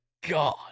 God